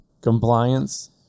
compliance